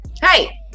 hey